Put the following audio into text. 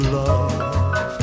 love